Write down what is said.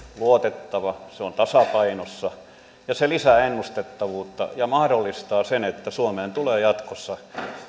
luotettava se on tasapainossa ja se lisää ennustettavuutta ja mahdollistaa sen että suomeen tulee jatkossa